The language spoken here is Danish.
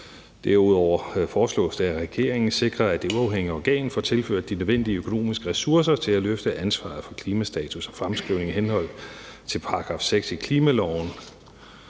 Derudover foreslås det, at regeringen sikrer, at det uafhængige organ får tilført de nødvendige økonomiske ressourcer til at løfte ansvaret for klimastatus og -fremskrivning i henhold til § 6 i klimaloven.